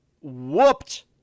whooped